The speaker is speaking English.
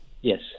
Yes